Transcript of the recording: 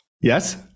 yes